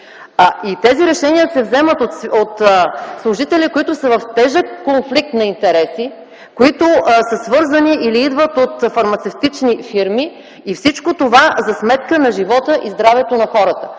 Тези решения се вземат от служители, които са в тежък конфликт на интереси, които са свързани или идват от фармацевтични фирми и всичко това за сметка на живота и здравето на хората.